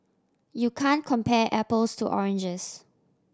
you can compare apples to oranges